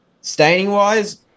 staining-wise